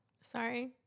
Sorry